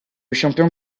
champion